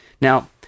Now